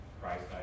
Christ